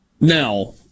Now